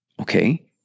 okay